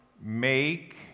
make